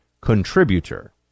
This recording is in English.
contributor